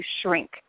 shrink